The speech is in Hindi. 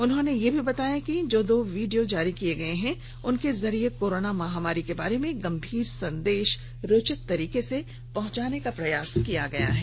उन्होंने यह भी बताया कि जो दो वीडियो जारी किये गये हैं उनके जरिए कोरोना महामारी के बारे में गंभीर संदेश को जनता तक रोचक तरीके से पहुंचाने का प्रयास किया गया है